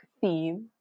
theme